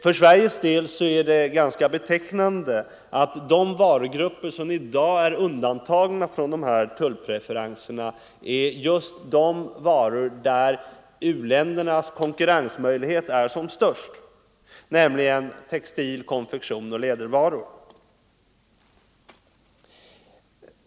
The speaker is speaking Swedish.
För Sveriges del är det ganska betecknande att de varugrupper som i dag är undantagna från dessa tullpreferenser är just sådana där u-ländernas konkurrensmöjlighet är som störst, nämligen textil-, konfektionsoch lädervaror.